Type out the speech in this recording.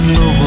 no